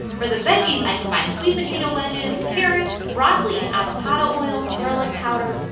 for the veggies, i combine sweet potato wedges, carrots, broccoli, avocado oil, garlic powder,